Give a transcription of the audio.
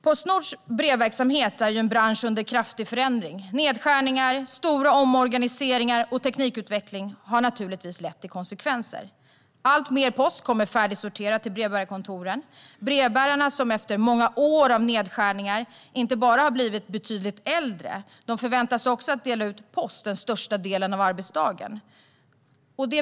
Postnords brevverksamhet är en bransch under kraftig förändring. Nedskärningar, stora omorganiseringar och teknikutveckling har naturligtvis fått konsekvenser. Alltmer post kommer färdigsorterad till brevbärarkontoren. Brevbärarna har efter många år av nedskärningar inte bara blivit betydligt äldre utan förväntas också dela ut post den största delen av arbetsdagen.